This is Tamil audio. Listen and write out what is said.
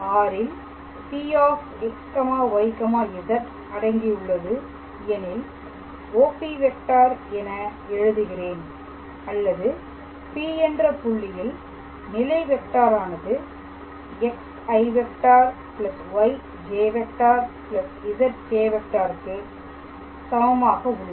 R ல் Pxyz அடங்கியுள்ளது எனில் OP ⃗ என எழுதுகிறேன் அல்லது P என்ற புள்ளியில் நிலை வெக்டாரனது xi⃗ y⃗j z⃗k̂ க்கு சமமாக உள்ளது